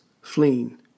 fleeing